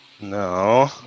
No